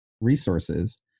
resources